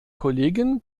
kollegen